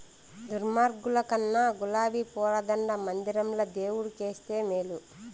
దుర్మార్గుల కన్నా గులాబీ పూల దండ మందిరంల దేవుడు కేస్తే మేలు